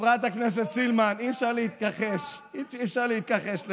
חברת הכנסת סילמן, אי-אפשר להתכחש לזה.